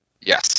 Yes